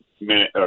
minute